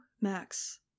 Max